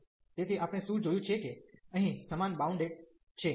તેથી આપણે શું જોયું છે કે અહીં સમાન બાઉન્ડ છે